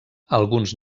alguns